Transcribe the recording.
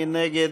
מי נגד?